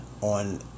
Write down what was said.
on